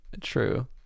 true